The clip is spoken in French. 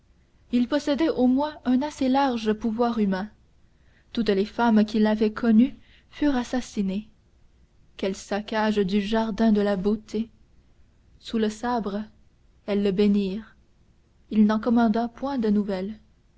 il possédait au moins un assez large pouvoir humain toutes les femmes qui l'avaient connu furent assassinées quel saccage du jardin de la beauté sous le sabre elles le bénirent il n'en commanda point de nouvelles